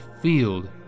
field